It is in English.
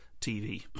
TV